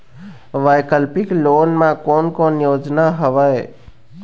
वैकल्पिक लोन मा कोन कोन योजना हवए?